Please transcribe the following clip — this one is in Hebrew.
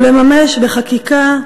ולממש בחקיקה,